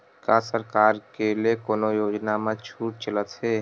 का सरकार के ले कोनो योजना म छुट चलत हे?